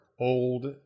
old